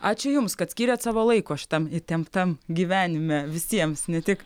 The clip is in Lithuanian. ačiū jums kad skyrėt savo laiko šitam įtemptam gyvenime visiems ne tik